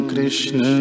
Krishna